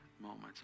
moments